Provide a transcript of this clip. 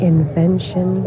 invention